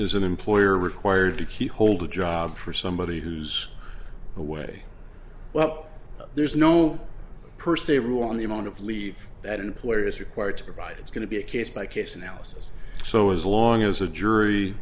is an employer required to keep hold a job for somebody who's away well there's no per se rule on the amount of leave that employer is required to provide it's going to be a case by case analysis so as long as a jury